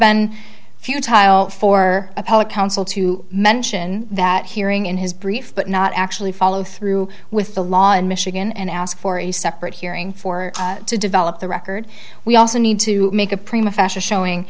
been few tile for a public counsel to mention that hearing in his brief but not actually follow through with the law in michigan and ask for a separate hearing for to develop the record we also need to make a prima fashioned showing